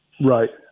Right